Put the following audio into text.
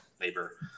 labor